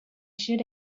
should